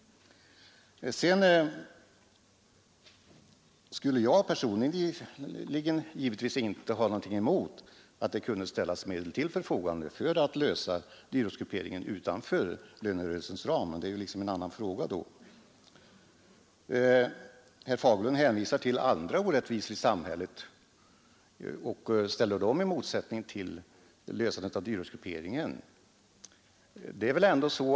Sedan skulle jag personligen givetvis inte ha någonting emot att medel kunde ställas till förfogande för att lösa dyrortsgrupperingen utanför lönerörelsens ram. Men det är liksom en annan fråga. Herr Fagerlund hänvisar till andra orättvisor i samhället och ställer dem i motsättning till lösandet av frågan om dyrortsgrupperingen.